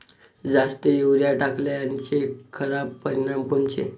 जास्त युरीया टाकल्याचे खराब परिनाम कोनचे?